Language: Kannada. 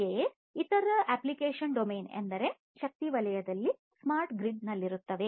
ಹೀಗೆಯೇ ಇತರ ಅಪ್ಲಿಕೇಶನ್ ಡೊಮೇನ್ ಎಂದರೆ ಶಕ್ತಿ ವಲಯದಲ್ಲಿ ಸ್ಮಾರ್ಟ್ ಗ್ರಿಡ್ ನಲ್ಲಿರುತ್ತದೆ